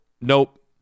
nope